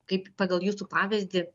kaip pagal jūsų pavyzdį